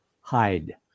hide